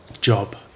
job